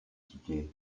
tickets